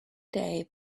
day